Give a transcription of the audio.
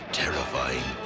terrifying